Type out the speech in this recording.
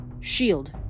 Shield